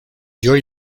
joy